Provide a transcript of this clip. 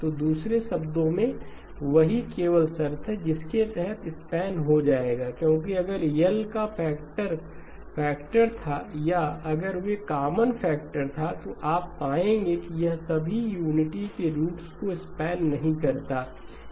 तो दूसरे शब्दों में वही केवल शर्त है जिसके तहत स्पॅन हो जाएगा क्योंकि अगर L का फैक्टर फैक्टर था या अगर वे कॉमन फैक्टर था तो आप पाएंगे कि यह सभी यूनिटी के रूट्स को स्पॅन नहीं करता